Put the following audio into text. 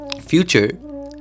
future